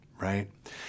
right